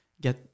get